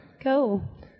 Cool